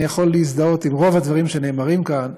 אני יכול להזדהות עם רוב הדברים שנאמרים כאן,